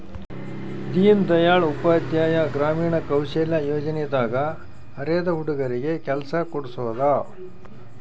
ದೀನ್ ದಯಾಳ್ ಉಪಾಧ್ಯಾಯ ಗ್ರಾಮೀಣ ಕೌಶಲ್ಯ ಯೋಜನೆ ದಾಗ ಅರೆದ ಹುಡಗರಿಗೆ ಕೆಲ್ಸ ಕೋಡ್ಸೋದ